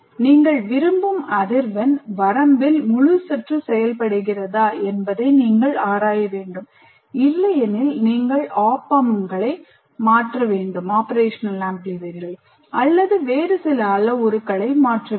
நீங்கள் விரும்பும் அதிர்வெண் வரம்பில் முழு சுற்று செயல்படுகிறதா என்பதை நீங்கள் ஆராய வேண்டும் இல்லையெனில் நீங்கள் Op Ampsஐ மாற்ற வேண்டும் அல்லது வேறு சில அளவுருக்களை மாற்ற வேண்டும்